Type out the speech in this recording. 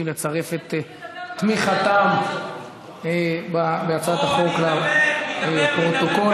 לצרף את תמיכתם בהצעת החוק לפרוטוקול.